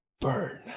Burn